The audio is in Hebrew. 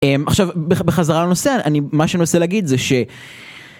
עכשיו, בחזרה לנושא, אני... מה שאני מנסה להגיד זה ש...